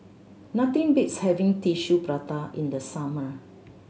nothing beats having Tissue Prata in the summer